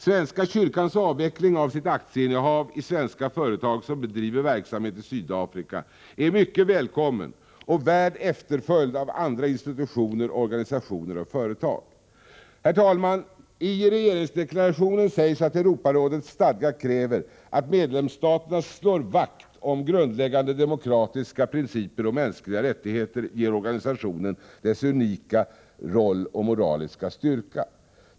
Svenska kyrkans avveckling av sitt aktieinnehav i svenska företag som bedriver verksamhet i Sydafrika är mycket välkommen och värd efterföljd av andra institutioner, organisationer och företag. Herr talman! I regeringsdeklarationen sägs att Europarådets stadga kräver att medlemsstaterna slår vakt om grundläggande demokratiska principer och mänskliga rättigheter, som ger organisationen dess unika roll och moraliska styrka.